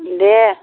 दे